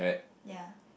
ya